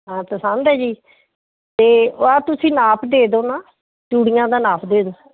ਆਹ ਪਸੰਦ ਹੈ ਜੀ ਅਤੇ ਆਹ ਤੁਸੀਂ ਨਾਪ ਦੇ ਦਿਓ ਨਾ ਚੂੜੀਆਂ ਦਾ ਨਾਪ ਦੇ ਦਿਓ